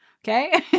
okay